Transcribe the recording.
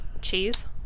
Cheese